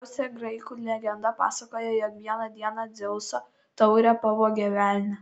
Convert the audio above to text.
gražiausia graikų legenda pasakoja jog vieną dieną dzeuso taurę pavogė velnias